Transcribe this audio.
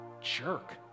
jerk